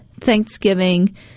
Thanksgiving